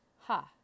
Ha